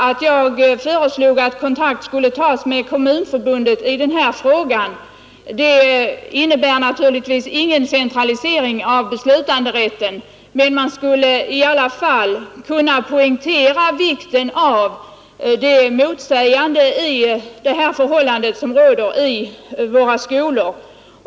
Att jag föreslog att kontakt skulle tas med Kommunförbundet i den här frågan innebär naturligtvis ingen centralisering av beslutanderätten, men man skulle kunna poängtera det motsägelsefulla i det förhållande som råder i våra skolor.